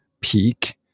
peak